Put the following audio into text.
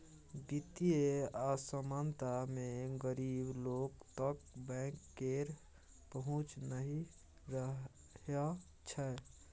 बित्तीय असमानता मे गरीब लोक तक बैंक केर पहुँच नहि रहय छै